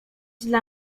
dla